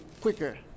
quicker